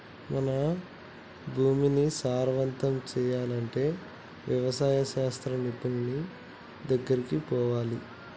మన భూమిని సారవంతం చేయాలి అంటే వ్యవసాయ శాస్త్ర నిపుణుడి దెగ్గరికి పోవాలి